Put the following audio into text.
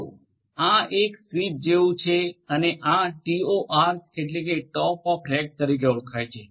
તો આ એક સ્વિચ જેવું છે અને આ ટીઓઆર એટલે ટોપ ઓફ રેક તરીકે ઓળખાય છે